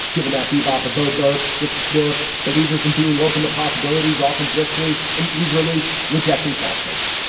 given that bee bop abbo births just were believer's and being open to possibilities, often briskly and eagerly rejecting falsehoods.